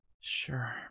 sure